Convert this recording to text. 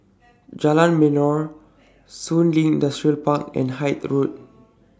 Jalan Melor Shun Li Industrial Park and Hythe Road